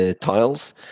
tiles